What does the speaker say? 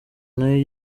nayo